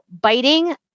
biting